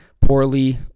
poorly